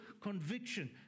conviction